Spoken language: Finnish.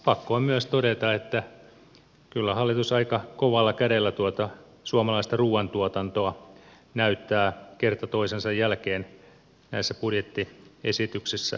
pakko on myös todeta että kyllä hallitus aika kovalla kädellä tuota suomalaista ruuantuotantoa näyttää kerta toisensa jälkeen näissä budjettiesityksissä kohtelevan